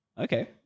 Okay